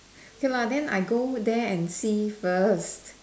okay lah then I go there and see first